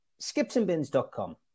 skipsandbins.com